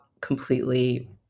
completely